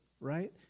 right